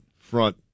front